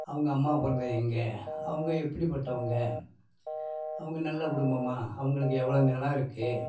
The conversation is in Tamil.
அவங்க அம்மா பிறந்தது எங்கே அவங்க எப்படி பட்டவங்க அவங்க நல்ல குடும்பமா அவங்களுக்கு எவ்வளோ நிலம் இருக்குது